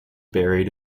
buried